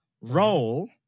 roll